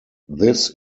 this